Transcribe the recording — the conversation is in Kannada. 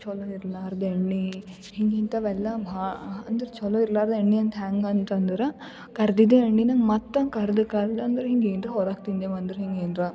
ಚೊಲೋ ಇರ್ಲಾರ್ದ ಎಣ್ಣೆ ಹಿಂಗೆ ಇಂಥವೆಲ್ಲ ಭಾ ಅಂದ್ರೆ ಚೊಲೋ ಇರ್ಲಾರ್ದ ಎಣ್ಣೆ ಅಂತ ಹ್ಯಾಂಗೆ ಅಂತಂದ್ರೆ ಕರ್ದಿದ್ದ ಎಣ್ಣಿನ ಮತ್ತೆ ಕರ್ದು ಕರ್ದು ಅಂದ್ರೆ ಹಿಂಗೆ ಏನರ ಹೊರಗೆ ತಿಂದೇವು ಅಂದ್ರೆ ಹಿಂಗೆ ಏನರ